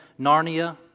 Narnia